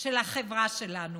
של החברה שלנו.